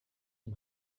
and